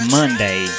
Monday